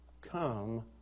come